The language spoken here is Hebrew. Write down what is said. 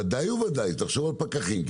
ודאי תחשוב על פקחים.